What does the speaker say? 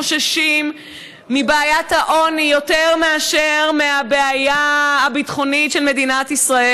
חוששים מבעיית העוני יותר מאשר מהבעיה הביטחונית של מדינת ישראל.